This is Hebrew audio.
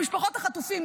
למשפחות החטופים,